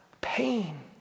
pain